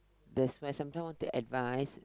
that's why sometimes want to advise